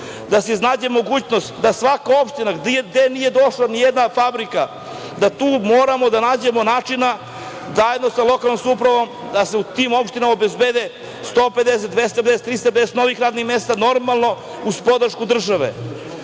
da se iznađe mogućnost, da svaka opština gde nije došla nijedna fabrika, da tu moramo da nađemo načina zajedno sa lokalnom upravom, da se u tim opštinama obezbede 150, 250, 350 novih radnih mesta, normalno uz podršku države. Jedna